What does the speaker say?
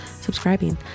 subscribing